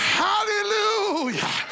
hallelujah